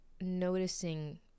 noticing